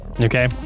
Okay